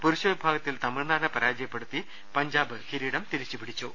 പുരുഷവി ഭാഗത്തിൽ തമിഴ്നാടിനെ പരാജയപ്പെടുത്തി ്പഞ്ചാബ് കിരീടം തിരിച്ചു പിടിച്ചു